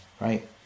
right